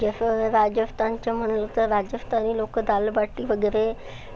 जसं राजस्थानचं म्हणलं तर राजस्थानी लोकं दाल बाटी वगैरे